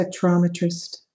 spectrometrist